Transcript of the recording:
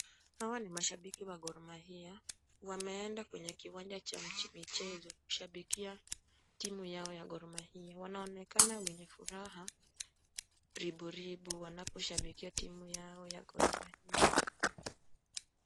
Hawa ni mashabiki wa Gor Mahia. Wameenda kwenye kiwanja cha michezo kushabikia timu yao ya Gor Mahia. Wanaonekana wenye furaha riboribo wanaposhabikia timu yao ya Gor Mahia.